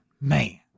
man